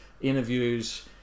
interviews